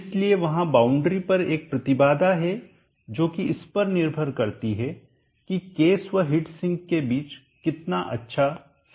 इसलिए वहां बाउंड्री पर एक प्रतिबाधा है जो कि इस पर निर्भर करती है की केस व हिट सिंक के बीच कितना अच्छा संपर्क है